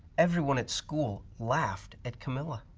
everyone at school laughed at camilla.